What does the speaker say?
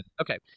Okay